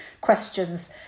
questions